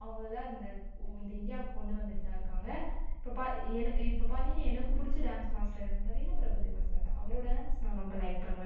அவங்களால இந்த இந்தியாவுக்கு கொண்டு வந்துட்டு தான் இருக்காங்கள் இப்போ பா என்ன இப்போ பார்த்தீங்கனா எனக்கு பிடிச்ச மாஸ்டர் வந்து பார்த்தீங்கனா பிரபு தேவா சார் தான் அவரோட நான் ரொம்ப லைக் பண்ணுவேன்